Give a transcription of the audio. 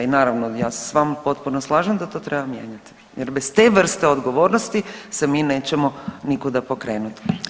I naravno ja se s vama potpuno slažem da to treba mijenja jer bez te vrste odgovornosti se mi nećemo nikuda pokrenuti.